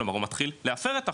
כלומר הוא מתחיל להפר את החוק,